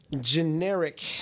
generic